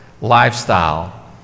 Lifestyle